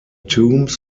tombs